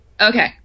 Okay